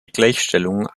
gleichstellung